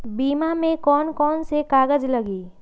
बीमा में कौन कौन से कागज लगी?